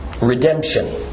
Redemption